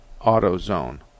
AutoZone